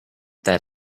that